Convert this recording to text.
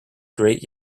great